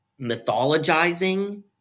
mythologizing